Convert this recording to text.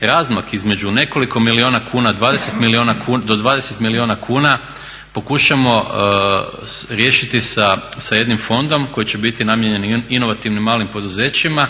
razmak između nekoliko milijuna kuna do 20 milijuna kuna pokušamo riješiti sa jednim fondom koji će biti namijenjen inovativnim malim poduzećima